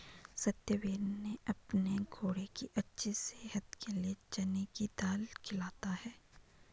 सत्यवीर ने अपने घोड़े की अच्छी सेहत के लिए चने की दाल खिलाता है